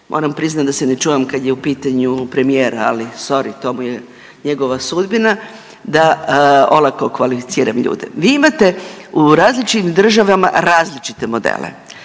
moram priznati da se ne čujem kad je u pitanju premijer, ali sorry, to mu je njegova sudbina, da olako kvalificiram ljude. Vi imate u različitim državama različite modele.